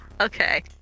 Okay